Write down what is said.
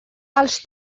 els